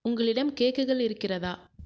உங்களிடம் கேக்குகள் இருக்கிறதா